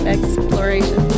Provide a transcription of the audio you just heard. Exploration